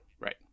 right